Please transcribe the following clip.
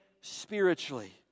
spiritually